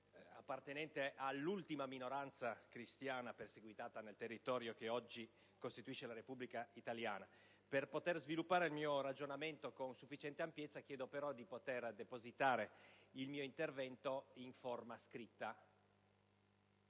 appartenente all'ultima minoranza cristiana perseguitata sul territorio che oggi costituisce la Repubblica italiana. Per poter sviluppare il mio ragionamento con sufficiente ampiezza, chiedo però di allegare ai Resoconti della seduta